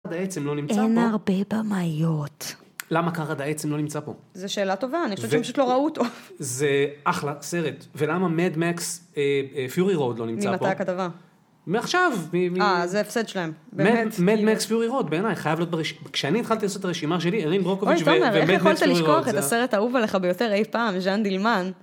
אין הרבה במאיות. למה קר עד העצם לא נמצא פה. זה שאלה טובה אני חושבת שפשוט לא ראו אותו. זה אחלה סרט ולמה mad max fury road לא נמצא פה. ממתי הכתבה? מעכשיו, מ.. מ.. אה, זה הפסד שלהם. mad max fury road באמת, חייב להיות ברשימה. כשאני התחלתי לעשות את הרשימה